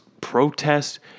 protest